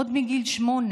עוד בגיל שמונה,